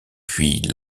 puis